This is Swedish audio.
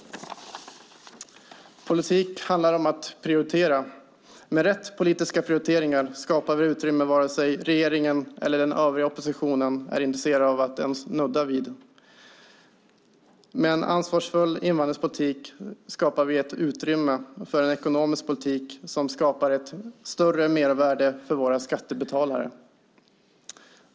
Politik handlar om att prioritera. Med rätt politiska prioriteringar skapar vi det utrymme varken regeringen eller den övriga oppositionen är intresserad av att ens nudda vid. Med en ansvarsfull invandringspolitik skapar vi ett utrymme för en ekonomisk politik som skapar ett större mervärde för våra skattebetalare.